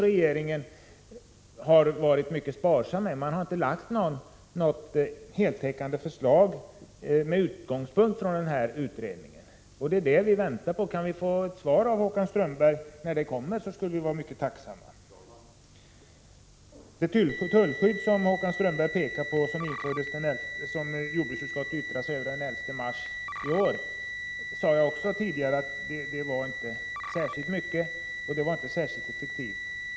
Regeringen har varit mycket sparsam med sådana förbättringar och har inte lagt fram något heltäckande förslag med utgångspunkt i utredningens resultat. Kan vi få ett besked från Håkan Strömberg om när något sådant förslag kommer, skulle vi vara mycket tacksamma. Vad gäller det tullskydd som Håkan Strömberg nämnde och som jordbruksutskottet yttrade sig över den 11 mars i år sade jag tidigare att det inte var särskilt mycket och inte var särskilt effektivt.